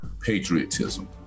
patriotism